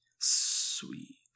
Sweet